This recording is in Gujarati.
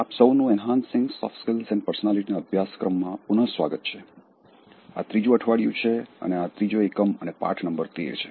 આપ સૌનું enhancing soft skills and personality ના અભ્યાસક્રમમાં પુનઃ સ્વાગત છે આ ત્રીજું અઠવાડિયું છે અને આ ત્રીજો એકમ અને પાઠ નંબર તેર છે